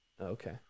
Okay